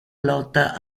lotta